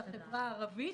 על החברה הערבית,